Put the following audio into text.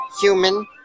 human